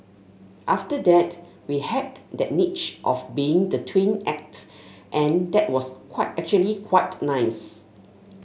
after that we had that niche of being the twin act and that was actually quite nice